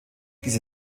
diese